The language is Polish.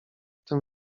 tym